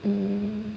um